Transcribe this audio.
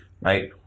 right